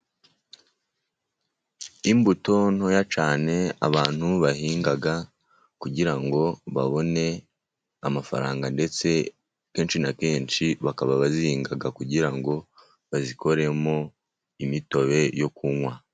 Imbuto ntoya cyane abantu bahinga kugira ngo babone amafaranga, ndetse kenshi na kenshi bakaba bazihinga, kugira ngo bazikoremo imitobe yo kunywa.